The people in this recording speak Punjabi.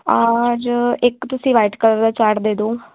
ਅੱਜ ਇੱਕ ਤੁਸੀਂ ਵਾਈਟ ਕਲਰ ਦਾ ਚਾਰਟ ਦੇ ਦਿਓ